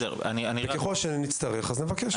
ככל שנצטרך אז נבקש.